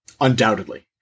Undoubtedly